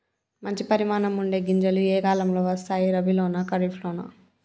మంచి పరిమాణం ఉండే గింజలు ఏ కాలం లో వస్తాయి? రబీ లోనా? ఖరీఫ్ లోనా?